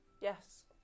Yes